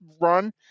run